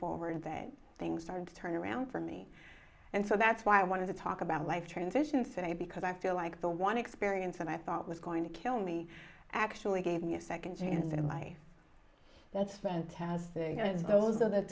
forward that things started to turn around for me and so that's why i wanted to talk about life transition city because i feel like the one experience that i thought was going to kill me actually gave me a second chance in life that's fantastic and it's those are the